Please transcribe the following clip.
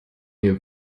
mir